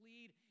lead